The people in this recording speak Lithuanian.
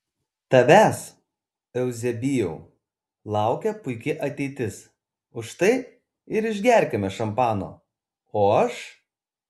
tavęs euzebijau laukia puiki ateitis už tai ir išgerkime šampano o aš